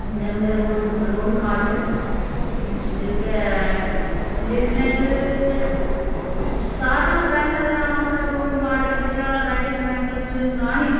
जां मेरा रोड रोल माडल जेहका ऐ लिखने च ते सारां हां पैहलैं ते आ'ऊं अपने रोल माडल जां राइटिंग मैंटरस तुसें सनां नी